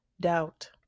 doubt